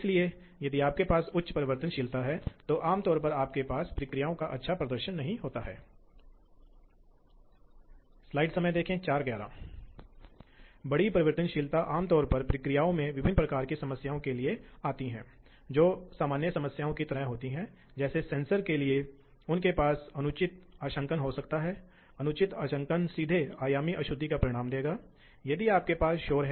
इसलिए जब उपकरण इस वजह से आगे बढ़ता है तो केंद्र के बीच कुछ दूरी होती है कुछ के बीच आप उपकरण टिप के कुछ तार्किक केंद्र को जानते हैं और वास्तविक बिंदु जहां यह एक संपर्क बना रहा है और यह न केवल एक संपर्क बना रहा है वास्तव में धीरे धीरे खराब हो रहा है